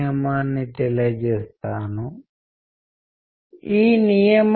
సందేశం కమ్యూనికేట్ చేయగలిగింది ఏదైనా దానిని మనం ఛానల్ గా పరిగణించవచ్చు